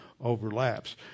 overlaps